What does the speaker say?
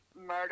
murder